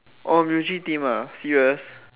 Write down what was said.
oh Eugene team ah serious